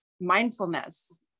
mindfulness